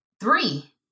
Three